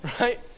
Right